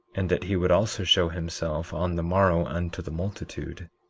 and that he would also show himself on the morrow unto the multitude.